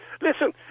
listen